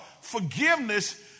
forgiveness